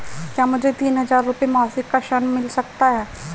क्या मुझे तीन हज़ार रूपये मासिक का ऋण मिल सकता है?